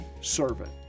servant